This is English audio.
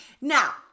Now